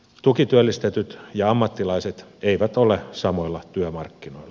tukityöllistetyt ja ammattilaiset eivät ole samoilla työmarkkinoilla